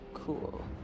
Cool